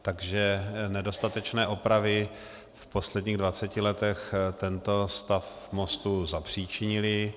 Takže nedostatečné opravy v posledních dvaceti letech tento stav mostů zapříčinily.